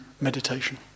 meditation